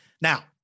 Now